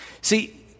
See